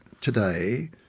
today